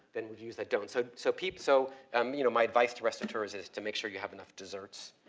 then reviews that don't. so, so pete, so um you know my advice to restaurateurs is to make sure you have enough desserts.